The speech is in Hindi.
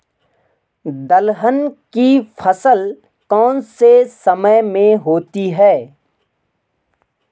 दलहन की फसल कौन से समय में होती है?